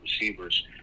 receivers